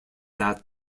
that